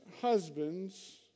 husbands